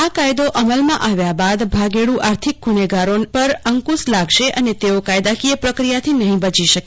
આ કાયદો અમલમાં આવ્યા બાદ ભાગેડુ આર્થિક ગુનેગારોને પર અંકુશ લાગશે અને તેઓ કાયદાકીય પ્રક્રિયાથી નહીં બચી શકે